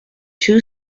two